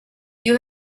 you